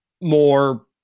more